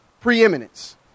preeminence